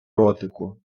ротику